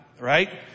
right